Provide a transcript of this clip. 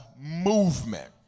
movement